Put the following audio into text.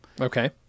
Okay